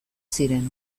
ziren